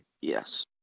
Yes